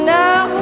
now